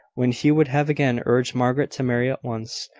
when he would have again urged margaret to marry at once.